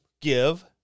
give